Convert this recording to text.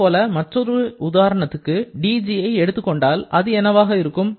இதேபோல மற்றொரு உதாரணத்துக்கு dgஐ எடுத்துக் கொண்டால் அது என்னவாக இருக்கும்